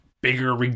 bigger